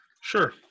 Sure